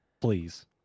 Please